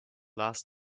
last